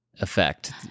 effect